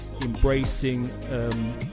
embracing